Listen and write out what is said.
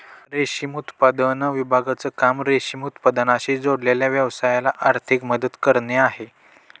रेशम उत्पादन विभागाचं काम रेशीम उत्पादनाशी जोडलेल्या व्यवसायाला आर्थिक मदत करणे आहे